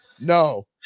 no